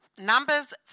numbers